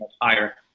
higher